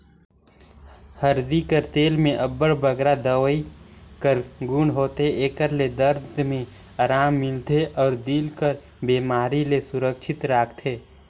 हरदी कर तेल में अब्बड़ बगरा दवई कर गुन होथे, एकर ले दरद में अराम मिलथे अउ दिल कर बेमारी ले सुरक्छित राखथे